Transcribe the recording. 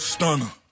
Stunner